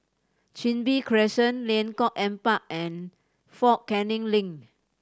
Chin Bee Crescent Lengkong Empat and Fort Canning Link